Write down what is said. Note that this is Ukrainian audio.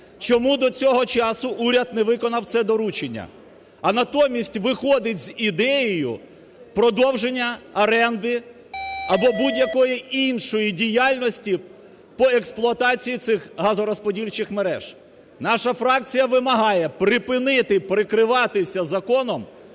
чому до цього часу уряд не виконав це доручення? А натомість виходить з ідеєю продовження оренди або будь-якої іншої діяльності по експлуатації цих газорозподільчих мереж. Наша фракція вимагає припинити прикриватися законом,